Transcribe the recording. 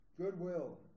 goodwill